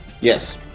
Yes